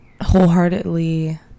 wholeheartedly